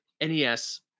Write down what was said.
NES